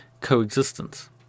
coexistence